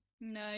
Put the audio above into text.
No